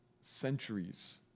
centuries